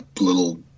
little